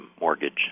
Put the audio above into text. mortgage